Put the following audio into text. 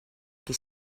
qui